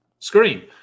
Screen